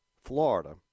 Florida